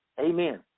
Amen